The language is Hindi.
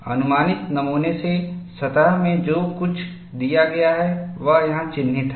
अनुमानित नमूना से सतह में जो कुछ दिया गया है वह यहां चिह्नित है